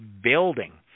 building